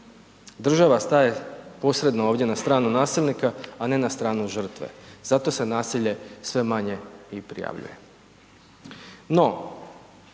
Država staje posredno ovdje na stranu nasilnika a ne na stranu žrtve zato se nasilje sve manje i prijavljuje. No,